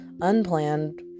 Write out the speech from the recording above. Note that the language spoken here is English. unplanned